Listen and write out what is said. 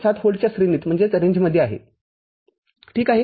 ७व्होल्टच्या श्रेणीत आहे ठीक आहे